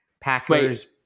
Packers